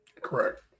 Correct